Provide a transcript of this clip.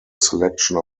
selection